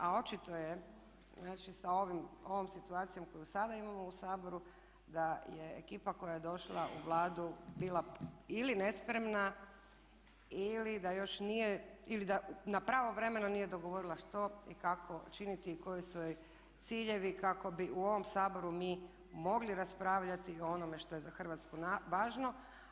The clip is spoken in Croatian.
A očito je znači sa ovom situacijom koju sada imamo u Saboru da je ekipa koja je došla u Vladu bila ili nespremna ili da još nije ili da pravovremeno nije dogovorila što i kako činiti i koji su joj ciljevi kako bi u ovom Saboru mi mogli raspravljati o onome što je za Hrvatsku važno.